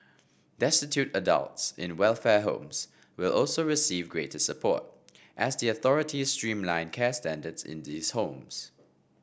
destitute adults in welfare homes will also receive greater support as the authorities streamline care standards in these homes